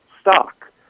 stock